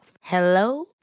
Hello